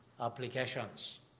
applications